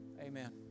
Amen